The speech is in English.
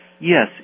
Yes